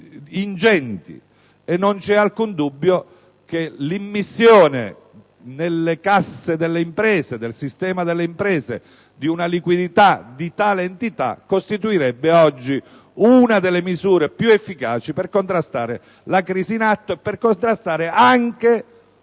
in ogni caso, non c'è alcun dubbio che l'immissione nelle casse del sistema delle imprese di una liquidità di tale entità costituirebbe oggi una delle misure più efficaci per contrastare la crisi in atto e anche